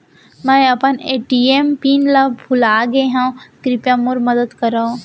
मै अपन ATM PIN ला भूलागे हव, कृपया मोर मदद करव